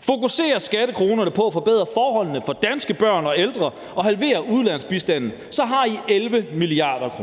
Fokuser skattekronerne på at forbedre forholdene for danske børn og ældre, og halver udlandsbistanden. Så har I 11 mia. kr.